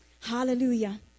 Hallelujah